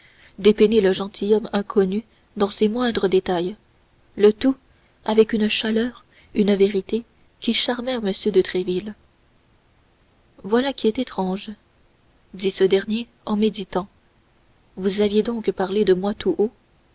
dépeignit le gentilhomme inconnu dans ses moindres détails le tout avec une chaleur une vérité qui charmèrent m de tréville voilà qui est étrange dit ce dernier en méditant vous aviez donc parlé de moi tout haut